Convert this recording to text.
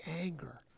anger